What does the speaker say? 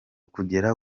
kugera